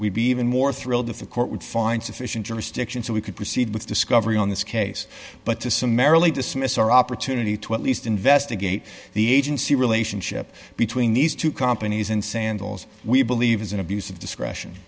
we'd be even more thrilled if a court would find sufficient jurisdiction so we could proceed with discovery on this case but to summarily dismiss our opportunity to at least investigate the agency relationship between these two companies and sandals we believe is an abuse of discretion